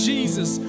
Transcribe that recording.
Jesus